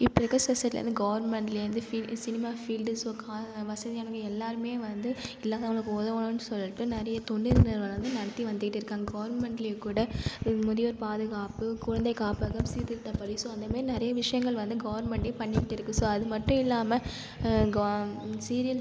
இப்போ இருக்கிற சீசரில் இருந்து கவர்மெண்டில் இருந்து சினிமா ஃபீல்டு ஸோ வசதியானவங்கள் எல்லாருமே வந்து இல்லாதவர்களுக்கு உதவனும் சொல்லிட்டு நிறைய தொழில் நிறுவனமும் நடத்தி வந்துட்டு இருக்காங்கள் கவர்மெண்ட்லேயும் கூட முதியோர் பாதுகாப்பு குழந்தை காப்பகம் சீர்திருத்த பள்ளி ஸோ இந்த மாதிரி நிறைய விஷயங்கள் வந்து கவர்மெண்ட்டே பண்ணிட்டு இருக்குது ஸோ அது மட்டும் இல்லாமல்